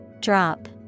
Drop